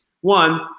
one